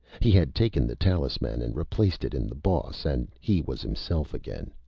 he had taken the talisman and replaced it in the boss, and he was himself again.